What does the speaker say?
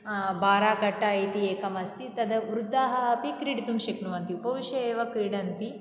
बाराकट्टा इति एकम् अस्ति तद् वृद्धाः अपि क्रीडितुं शक्नुवन्ति उपविश्य एव क्रीडन्ति